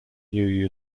new